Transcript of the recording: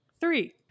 Three